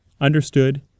understood